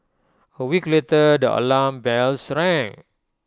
A week later the alarm bells rang